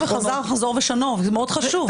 הסביר וחזר חזור ושנה, וזה מאוד חשוב.